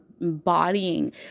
embodying